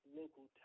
local